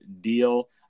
deal